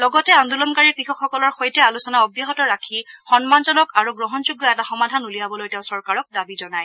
লগতে আন্দোলনকাৰী কৃষকসকলৰ সৈতে আলোচনা অব্যাহত ৰাখি সন্মানজনক আৰু গ্ৰহণযোগ্য এটা সমাধান উলিয়াবলৈ তেওঁ চৰকাৰক দাবী জনায়